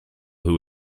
who